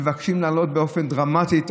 מבקשים להעלות באופן דרמטי.